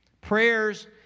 Prayers